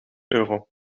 euro